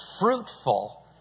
fruitful